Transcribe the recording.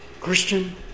Christian